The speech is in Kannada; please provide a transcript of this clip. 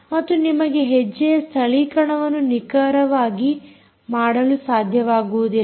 ಮತ್ತು ನಿಮಗೆ ಹೆಜ್ಜೆಯ ಸ್ಥಳೀಕರಣವನ್ನು ನಿಖರವಾಗಿ ಮಾಡಲು ಸಾಧ್ಯವಾಗುವುದಿಲ್ಲ